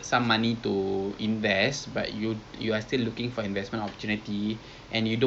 wasted lah I think like a lot of people macam lot of banks they don't really know that bonds are tak halal